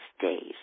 days